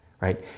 right